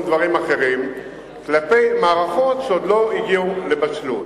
דברים אחרים כלפי מערכות שעוד לא הגיעו לבשלות.